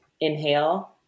Inhale